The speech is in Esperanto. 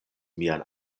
mian